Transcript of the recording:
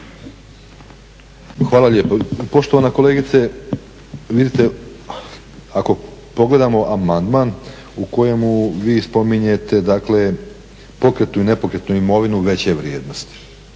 Hvala lijepo. Poštovana kolegice vidite ako pogledamo amandman u kojemu vi spominjete pokretnu i nepokretnu imovinu veće vrijednosti,